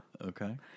Okay